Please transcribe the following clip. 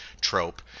trope